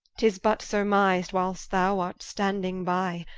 tis but surmiz'd, whiles thou art standing by,